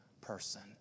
person